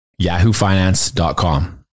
yahoofinance.com